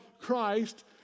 Christ